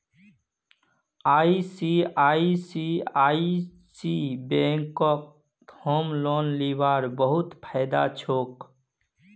ICICI बैंकत home loan लीबार बहुत फायदा छोक